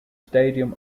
stadium